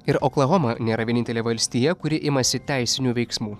ir oklahoma nėra vienintelė valstija kuri imasi teisinių veiksmų